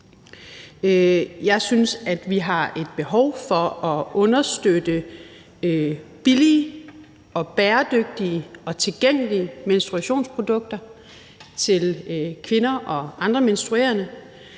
Jeg synes, at vi har behov for at understøtte billige og bæredygtige og tilgængelige menstruationsprodukter til kvinder og andre menstruerende.